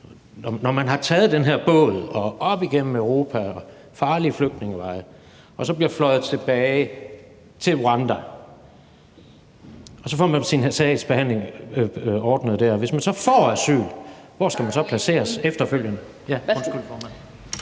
når man har taget den her båd og er taget op igennem Europa – farlige flygtningeveje – og man så bliver fløjet til Rwanda og får sin sagsbehandling ordnet der, hvor skal man så placeres efterfølgende, hvis man får